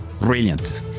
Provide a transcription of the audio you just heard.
Brilliant